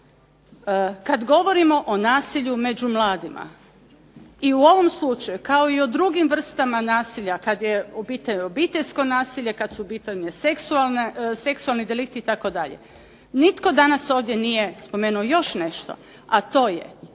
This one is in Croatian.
kada govorimo o nasilju među mladima, i u ovom slučaju kao i o drugim vrstama nasilja kada je u pitanju obiteljsko nasilje, kada su u pitanju seksualni delikti itd., nitko danas ovdje nije spomenuo još nešto, a to je,